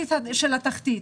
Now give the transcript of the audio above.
המצב דומה.